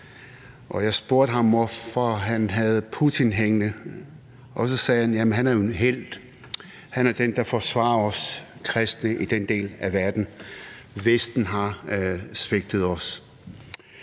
Jeg spurgte ham, hvorfor han havde Putin hængende. Og så sagde han: Jamen han er jo en helt; han er den, der forsvarer os kristne i denne del af verden. Vesten har svigtet os.